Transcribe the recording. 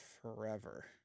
Forever